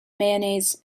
mayonnaise